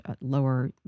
lower